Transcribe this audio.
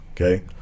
Okay